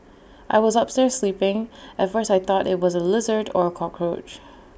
I was upstairs sleeping at first I thought IT was A lizard or A cockroach